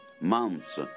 months